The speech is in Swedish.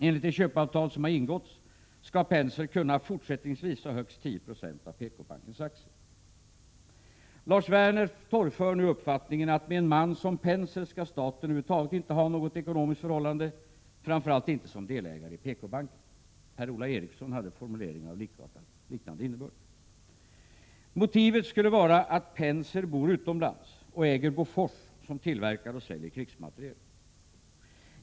Enligt det köpeavtal som har ingåtts skall Penser fortsättningsvis kunna ha högst 10 96 av PKbankens aktier. Lars Werner torgför nu uppfattningen att med en man som Penser skall staten över huvud taget inte ha något ekonomiskt förhållande, framför allt inte som delägare i PKbanken. Per-Ola Eriksson hade formuleringar av liknande innebörd. Motivet skulle vara att Penser bor utomlands och äger Bofors, som tillverkar och säljer krigsmateriel.